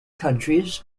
countries